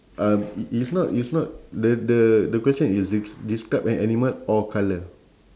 um i~ it's not it's not the the the question is d~ describe an animal or colour